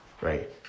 right